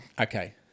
Okay